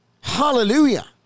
Hallelujah